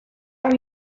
are